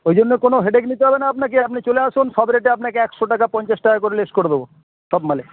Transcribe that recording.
ওই জন্যে কোনও হেডেক নিতে হবে না আপনাকে আপনি চলে আসুন সব রেটে আপনাকে একশো টাকা পঞ্চাশ টাকা করে লেস করে দেব সব মালে